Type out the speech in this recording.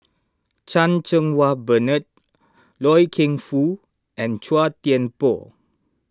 Chan Cheng Wah Bernard Loy Keng Foo and Chua Thian Poh